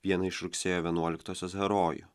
vieną iš rugsėjo vienuoliktosios herojų